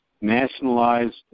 nationalized